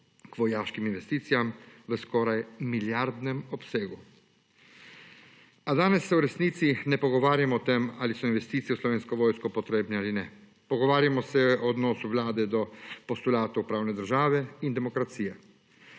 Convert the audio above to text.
k vojaškim investicijam v skoraj milijardnem obsegu. A danes se v resnici ne pogovarjamo o tem, ali so investicije v Slovensko vojsko potrebne ali ne. Pogovarjamo se o odnosu Vlade do postulatov pravne države in demokracije.